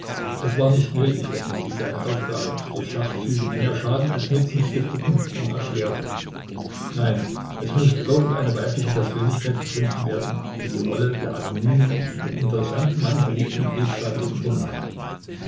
es war nicht nötig daß man sich seine aufgabe durch schachzüge die mehr schaden als nutzen stifteten noch erschwerte nein es mußte irgendeine weibliche persönlichkeit gefunden werden die die rolle der anonymen in den interessanten mann verliebten briefschreiberin übernahm